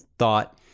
thought